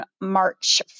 March